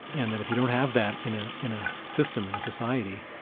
and that if you don't have that in ah in a system, in a society,